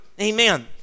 amen